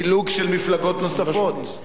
בפילוג של מפלגות נוספות.